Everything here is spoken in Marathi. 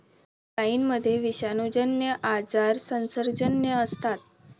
गायींमध्ये विषाणूजन्य आजार संसर्गजन्य असतात